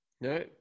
No